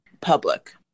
Public